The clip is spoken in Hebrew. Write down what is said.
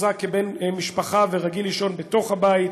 המוחזק כבן משפחה ורגיל לישון בתוך הבית.